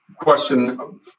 question